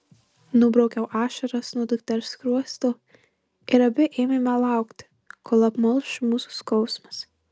nubraukiau ašaras nuo dukters skruosto ir abi ėmėme laukti kol apmalš mūsų skausmas